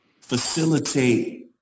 facilitate